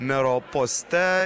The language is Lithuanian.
mero poste